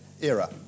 era